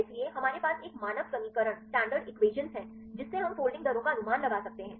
इसलिए हमारे पास एक मानक समीकरण हैं जिससे हम फोल्डिंग दरों का अनुमान लगा सकते हैं